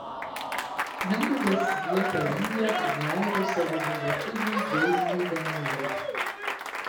mindaugas vietą ringe užleido savo bendraklubiui deividui danylai